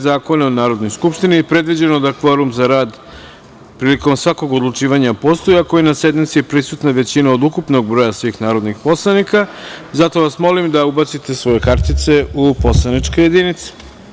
Zakona o Narodnoj skupštini i predviđeno da kvorum za rad prilikom svakog odlučivanja postoji ako je na sednici prisutna većina od ukupnog broja svih narodnih poslanika, zato vas molim da ubacite svoje kartice u poslaničke jedinice.